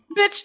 Bitch